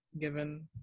given